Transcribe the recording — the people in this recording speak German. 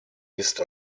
ist